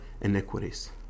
iniquities